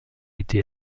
été